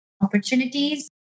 opportunities